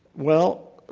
well,